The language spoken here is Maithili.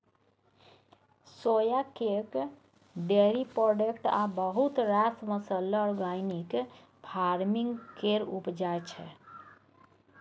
सोया केक, डेयरी प्रोडक्ट आ बहुत रास मसल्ला आर्गेनिक फार्मिंग केर उपजा छै